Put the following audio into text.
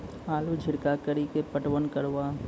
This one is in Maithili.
आलू छिरका कड़ी के पटवन करवा?